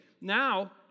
now